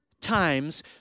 times